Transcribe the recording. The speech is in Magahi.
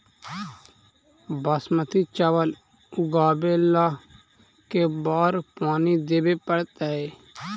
बासमती चावल उगावेला के बार पानी देवे पड़तै?